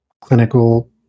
clinical